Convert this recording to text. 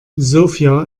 sofia